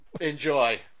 Enjoy